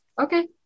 Okay